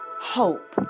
hope